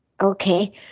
okay